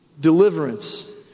deliverance